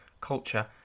culture